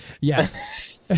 Yes